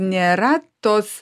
nėra tos